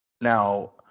now